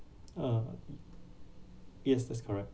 uh yes that's correct